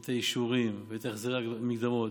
את האישורים ואת החזרי המקדמות.